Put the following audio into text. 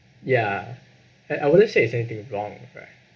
ya and I wouldn't say is anything wrong right